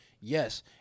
Yes